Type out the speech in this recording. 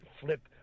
Flip